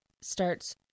starts